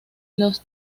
los